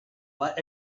but